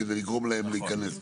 כדי לגרום להם להיכנס בעניין.